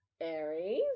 Aries